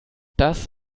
das